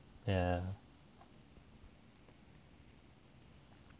yeah